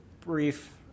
brief